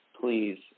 please